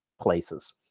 places